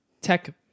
tech